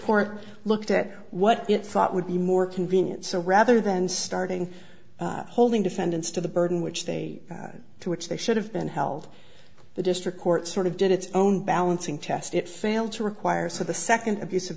court looked at what it thought would be more convenient so rather than starting holding defendants to the burden which they had to which they should have been held the district court sort of did its own balancing test it failed to require so the second abus